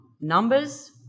numbers